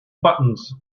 buttons